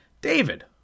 David